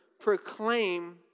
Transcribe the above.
proclaim